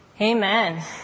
Amen